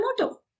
motto